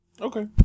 Okay